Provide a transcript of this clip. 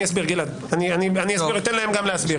גלעד, אסביר ואתן להם להסביר.